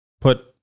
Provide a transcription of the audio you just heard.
put